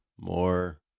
more